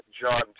John